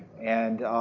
and